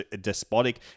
despotic